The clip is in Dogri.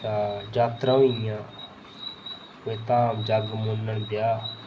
तां यात्रां होई गेइयां